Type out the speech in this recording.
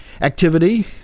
Activity